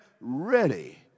ready